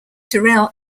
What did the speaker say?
terrell